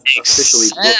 officially